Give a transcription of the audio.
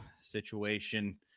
situation